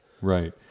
Right